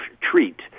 treat